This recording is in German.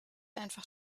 einfach